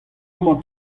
amañ